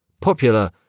Popular